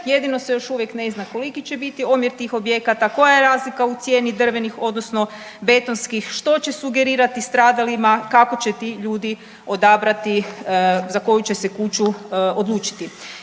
Jedino se još uvijek ne zna koliki će biti omjer tih objekata, koja je razlika u cijeni drvenih odnosno betonskih, što će sugerirati stradalima, kako će ti ljudi odabrati za koju će se kuću odlučiti.